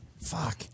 Fuck